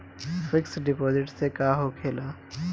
Fix deposit से का होखे ला?